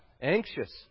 Anxious